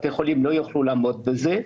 בתי החולים לא יוכלו לעמוד בזה.